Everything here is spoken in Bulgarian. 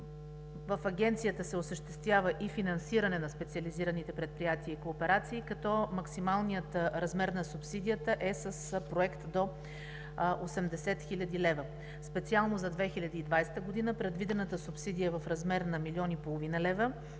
В Агенцията се осъществява и финансиране на специализираните предприятия и кооперации, като максималният размер на субсидията е с проект до 80 хил. лв. Специално за 2020 г. предвидената субсидия е в размер на милион